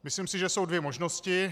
Myslím si, že jsou dvě možnosti.